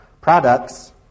products